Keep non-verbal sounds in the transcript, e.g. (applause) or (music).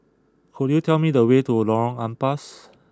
could you tell me the way to Lorong Ampas (noise)